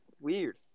weird